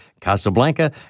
Casablanca